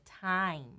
time